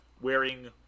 wearing